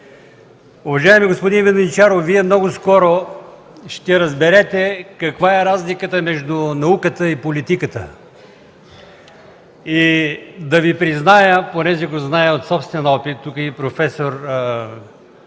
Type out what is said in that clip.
Уважаеми господин Воденичаров, Вие много скоро ще разберете каква е разликата между науката и политиката. Да Ви призная, понеже го зная от собствен опит, тук е и друг